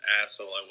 asshole